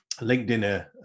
LinkedIn